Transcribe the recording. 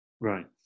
right